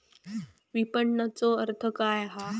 विपणनचो अर्थ काय असा?